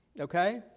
Okay